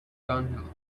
dunghill